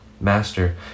Master